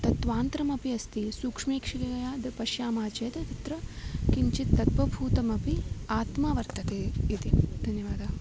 तत्त्वान्तरमपि अस्ति तद् पश्यामः चेत् तत्र किञ्चित् तत्त्वभूतमपि आत्मवर्तते इति धन्यवादः